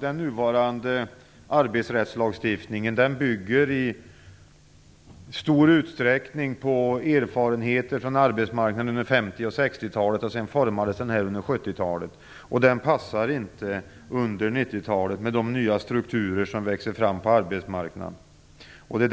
Den nuvarande arbetsrättslagstiftningen bygger i stor utsträckning på erfarenheter från arbetsmarknaden under 50 och 60-talen. Den utformades sedan under 70-talet. Den passar inte på 90-talet med de nya strukturer som växer fram på arbetsmarknaden.